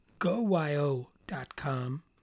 GoYO.com